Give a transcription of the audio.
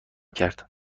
کرد